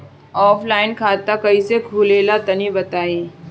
Offline खाता कइसे खुलेला तनि बताईं?